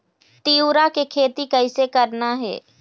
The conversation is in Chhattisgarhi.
तिऊरा के खेती कइसे करना हे?